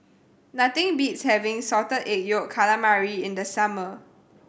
nothing beats having Salted Egg Yolk Calamari in the summer